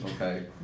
Okay